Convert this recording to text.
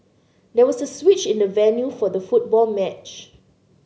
there was a switch in the venue for the football match